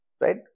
right